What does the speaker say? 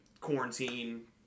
quarantine